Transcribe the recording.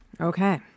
Okay